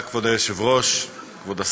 כבוד היושב-ראש, תודה, כבוד השר,